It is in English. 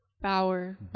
Bauer